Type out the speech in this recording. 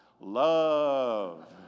Love